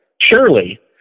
Surely